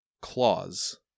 claws